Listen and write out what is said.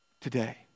today